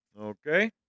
Okay